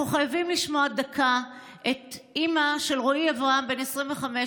אנחנו חייבים לשמוע דקה את אימא של רועי אברהם בן ה-25,